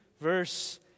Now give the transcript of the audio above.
verse